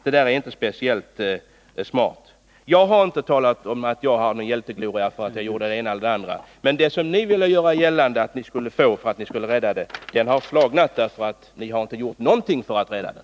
Det är inte speciellt smart. Jag har inte sagt att jag har någon hjältegloria för att jag gjort det ena eller det andra. Men ni ville göra gällande att ni skulle få hjälteglorior för att ni räddade vägstationen. Men ni har inte gjort någonting för att rädda den.